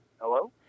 Hello